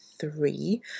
three